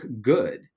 good